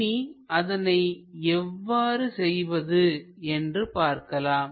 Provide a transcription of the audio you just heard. இனி அதனை எவ்வாறு செய்வது என்று பார்க்கலாம்